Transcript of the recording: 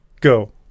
Go